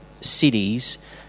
cities